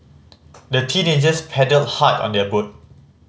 the teenagers paddled hard on their boat